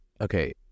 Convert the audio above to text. okay